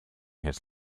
his